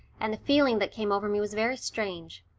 and the feeling that came over me was very strange.